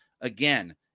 again